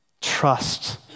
Trust